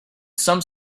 some